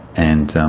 and